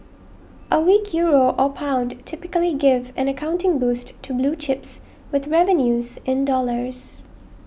a weak Euro or pound typically give an accounting boost to blue chips with revenues in dollars